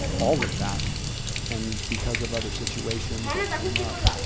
all of that and because of other situations that came up